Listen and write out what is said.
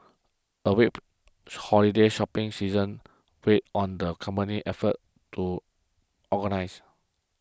a whip holiday shopping season weighed on the company's efforts to organise